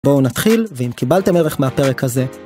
בואו נתחיל, ואם קיבלתם ערך מהפרק הזה...